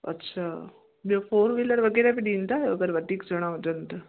अछा ॿियो four wheeler वग़ैरह बि ॾींदा आहियो अगरि वधीक ॼणा हुजनि त